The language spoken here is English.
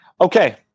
okay